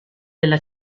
della